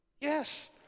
Yes